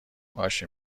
باشه